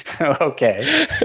Okay